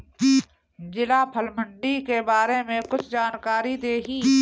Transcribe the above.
जिला फल मंडी के बारे में कुछ जानकारी देहीं?